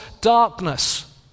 darkness